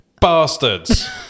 Bastards